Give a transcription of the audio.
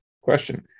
Question